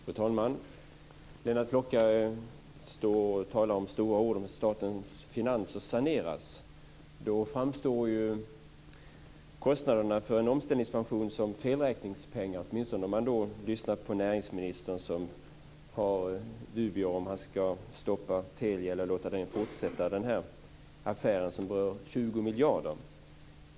Fru talman! Lennart Klockare talar med stora ord om att statens finanser saneras. Då framstår ju kostnaderna för en omställningspension som felräkningspengar, åtminstone om man lyssnar på näringsministern som har dubier om huruvida han ska stoppa Teliaaffären eller låta den fortsätta, och den berör ju 20 miljarder.